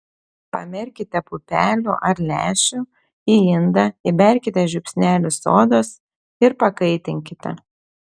pamerkite pupelių ar lęšių į indą įberkite žiupsnelį sodos ir pakaitinkite